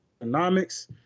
economics